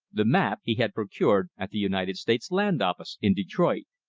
the map he had procured at the united states land office in detroit.